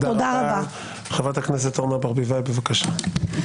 חברת הכנסת אורנה ברביבאי, בבקשה.